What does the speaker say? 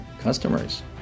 customers